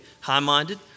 high-minded